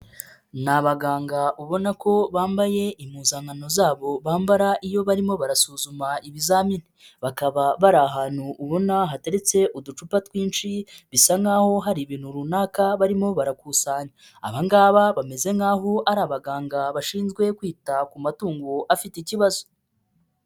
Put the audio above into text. Ni abaganga ubona ko bambaye impuzankano zabo bambara iyo barimo barasuzuma ibizamini, bakaba bari ahantu ubona hateretse uducupa twinshi, bisa nkaho hari ibintu runaka barimo barakusanya, aba ngaba bameze nkaho ari abaganga bashinzwe kwita ku matungo afite ikibazo.